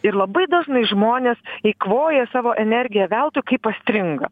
ir labai dažnai žmonės eikvoja savo energiją veltui kai pastringa